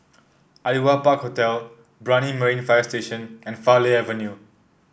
Aliwal Park Hotel Brani Marine Fire Station and Farleigh Avenue